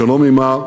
השלום עמה,